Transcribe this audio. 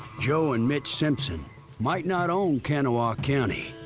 joe and mitch simpson might not own kanawha county,